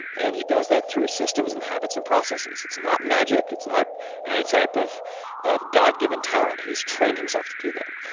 and he does that through systems, and habits and processes. it's not magic, it's not any type of of god-given talent. he's trained himself to do that.